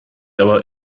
aber